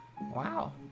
Wow